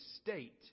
state